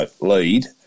lead